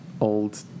old